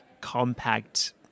compact